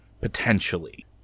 potentially